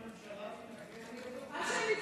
מעניין אם הממשלה תתנגד או לא.